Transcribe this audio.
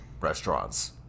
restaurants